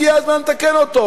הגיע הזמן לתקן אותו.